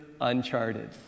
uncharted